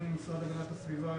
משרד להגנת הסביבה,